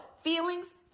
feelings